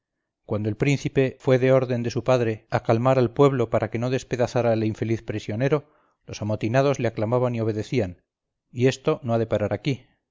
cuando el príncipe fue de orden de su padre a calmar al pueblo para que no despedazara al infeliz prisionero los amotinados le aclamaban y obedecían y esto no ha de parar aquí